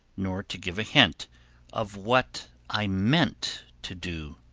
nor to give a hint of what i meant to do!